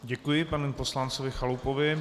Děkuji panu poslanci Chalupovi.